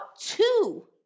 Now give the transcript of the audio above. two